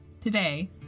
Today